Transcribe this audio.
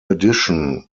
addition